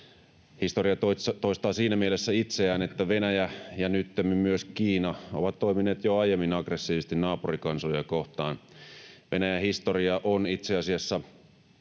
Historia toistaan siinä mielessä itseään, että Venäjä ja nyttemmin myös Kiina ovat toimineet jo aiemmin aggressiivisesti naapurikansoja kohtaan. Venäjän historia on itse asiassa